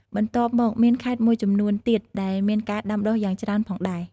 បន្ទាប់មកមានខេត្តមួយចំនួនទៀតដែលមានការដាំដុះយ៉ាងច្រើនផងដែរ។